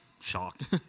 Shocked